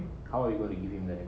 how are you going to give him there